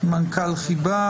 מנכ"ל חיבה.